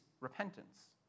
repentance